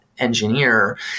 Engineer